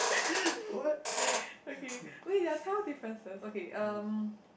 okay wait there are twelve differences okay um